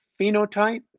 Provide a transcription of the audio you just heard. phenotype